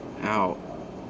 out